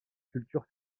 culture